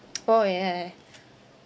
orh ya eh